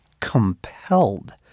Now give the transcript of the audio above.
compelled